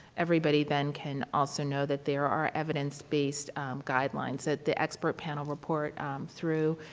everybody then can also know that there are evidence-based guidelines that the expert panel report through,